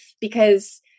because-